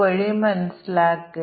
നമുക്ക് പ്രശ്നം നോക്കാം